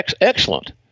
excellent